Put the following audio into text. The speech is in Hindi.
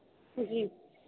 जी